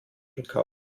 gekauft